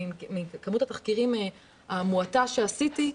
מכמות התחקירים המועטה שעשיתי,